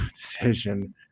decision